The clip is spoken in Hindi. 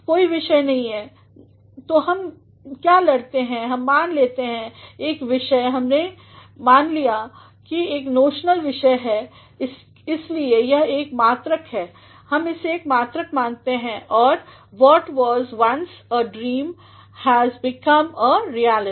कोई विषय नहीं है तो हम क्या लरते हैं कि हम मान लेते हैं उसे एक विषय हमें मान लेते हैंउसे एक नोशनल विषय और इसलिए यह एक मात्रक है हम इसे एक मात्रक मानते हैं औरवॉट was once a dream has become a reality